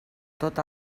tot